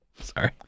Sorry